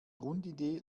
grundidee